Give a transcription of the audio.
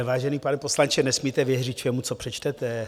Vážený pane poslanče, nesmíte věřit všemu, co přečtete.